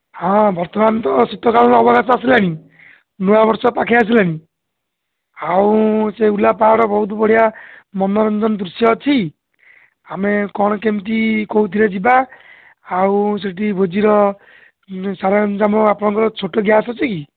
ହଁ ବର୍ତ୍ତମାନ ତ ଶୀତକାଳୀନ ଅବକାଶ ଆସିଲଣି ନୂଆ ବର୍ଷ ପାଖେଇ ଆସିଲାଣି ଆଉ ସେ ଉଲାପହାଡ଼ ବହୁତ ବଢ଼ିଆ ମନୋରଞ୍ଜନ ଦୃଶ୍ୟ ଅଛି ଆମେ କ'ଣ କେମିତି କେଉଁଥିରେ ଯିବା ଆଉ ସେଇଠି ଭୋଜିର ସାରଞ୍ଜାମ ଆମ ଆପଣଙ୍କର ଛୋଟ ଗ୍ୟାସ୍ ଅଛି କି